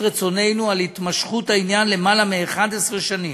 רצוננו מהתמשכות העניין למעלה מ-11 שנים.